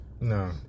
No